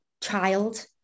child